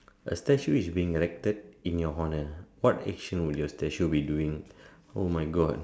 a statue is being erected in your honor what action will your statue be doing oh my god